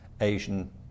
Asian